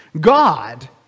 God